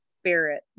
Spirit